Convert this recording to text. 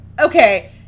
Okay